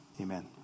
Amen